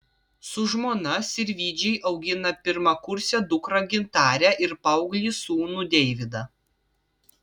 su žmona sirvydžiai augina pirmakursę dukrą gintarę ir paauglį sūnų deividą